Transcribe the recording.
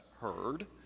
heard